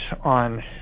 on